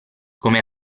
come